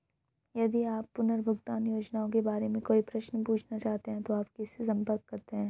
यदि आप पुनर्भुगतान योजनाओं के बारे में कोई प्रश्न पूछना चाहते हैं तो आप किससे संपर्क करते हैं?